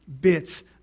bits